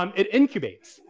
um it incubates.